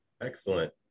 Excellent